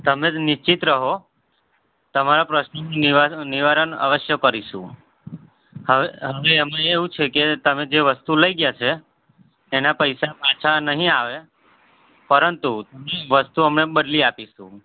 તમે નિશ્ચિત રહો તમારા પ્રશ્નનું નિવારણ નિવારણ અવશ્ય કરીશું હવે હવે અમે એવું છે કે તમે જે વસ્તુ લઈ ગયા છે એના પૈસા પાછા નહિ આવે પરંતુ વસ્તુ અમે બદલી આપીશું